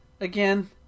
again